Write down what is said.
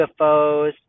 UFOs